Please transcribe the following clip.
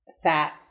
sat